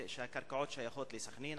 שהקרקעות שם שייכות לסח'נין,